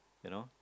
you know